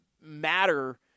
matter